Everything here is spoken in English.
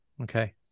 Okay